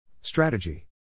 Strategy